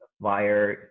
via